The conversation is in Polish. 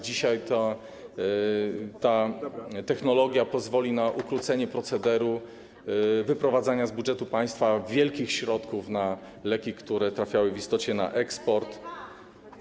Dzisiaj ta technologia pozwoli na ukrócenie procederu wyprowadzania z budżetu państwa wielkich środków na leki, które trafiały w istocie na eksport.